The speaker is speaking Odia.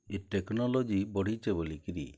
ଇ ଟେକ୍ନୋଲୋଜି ବଢ଼ିଚେ ବଲିକିରି